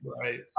Right